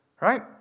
right